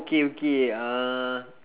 K okay uh